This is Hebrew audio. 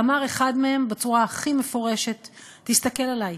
אמר אחד מהם בצורה הכי מפורשת: תסתכל עלי,